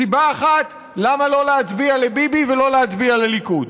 סיבה אחת למה לא להצביע לביבי ולא להצביע לליכוד.